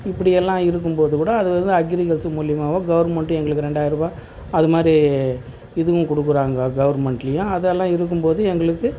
இப்படியெல்லாம் இருக்கும்போது கூட அது வந்து அக்ரிகல்ச்சர் மூலிமாவும் கவுர்மெண்ட்டும் எங்களுக்கு ரெண்டாயர ரூபாய் அதுமாதிரி இதுவும் கொடுக்குறாங்க கவுர்மெண்ட்லேயும் அதெல்லாம் இருக்கும்போது எங்களுக்கு